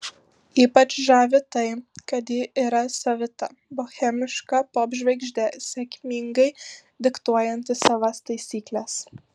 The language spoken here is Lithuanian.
ypač žavi tai kad ji yra savita bohemiška popžvaigždė sėkmingai diktuojanti savas taisykles